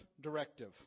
directive